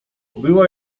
była